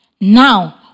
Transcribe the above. Now